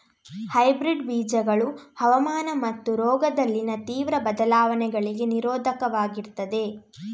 hybrid ಬೀಜಗಳು ಹವಾಮಾನ ಮತ್ತು ರೋಗದಲ್ಲಿನ ತೀವ್ರ ಬದಲಾವಣೆಗಳಿಗೆ ನಿರೋಧಕವಾಗಿರ್ತದೆ